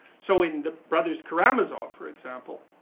so in the brothers karamazov, for example,